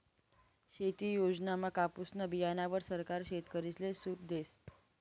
शेती योजनामा कापुसना बीयाणावर सरकार शेतकरीसले सूट देस